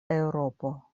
eŭropo